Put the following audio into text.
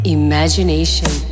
imagination